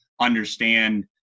understand